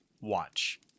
watch